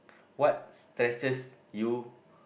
what stresses you